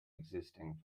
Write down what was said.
existing